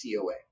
COA